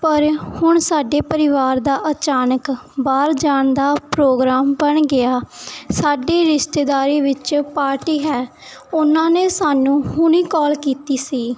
ਪਰ ਹੁਣ ਸਾਡੇ ਪਰਿਵਾਰ ਦਾ ਅਚਾਨਕ ਬਾਹਰ ਜਾਣ ਦਾ ਪ੍ਰੋਗਰਾਮ ਬਣ ਗਿਆ ਸਾਡੇ ਰਿਸ਼ਤੇਦਾਰੀ ਵਿੱਚ ਪਾਰਟੀ ਹੈ ਉਹਨਾਂ ਨੇ ਸਾਨੂੰ ਹੁਣੇ ਕਾਲ ਕੀਤੀ ਸੀ